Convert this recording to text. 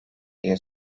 diye